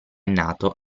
nato